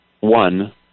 One